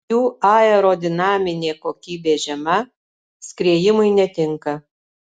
jų aerodinaminė kokybė žema skriejimui netinka